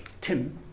Tim